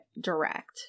direct